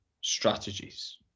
strategies